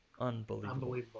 Unbelievable